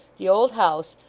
the old house,